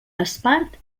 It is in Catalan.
espart